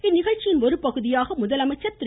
இந்நிகழ்ச்சியின் ஒரு பகுதியாக முதலமைச்சர் திரு